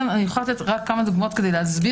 אני יכולה לתת כמה דוגמאות כדי להסביר